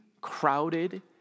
crowded